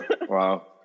wow